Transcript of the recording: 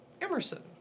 Emerson